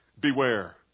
beware